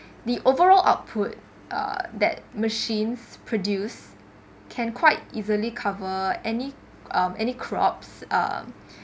the overall output uh that machines produce can quite easily cover any um any crops uh